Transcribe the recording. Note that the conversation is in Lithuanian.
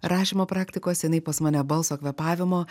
rašymo praktikose jinai pas mane balso kvėpavimo